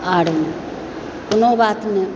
आर कोनो बात नहि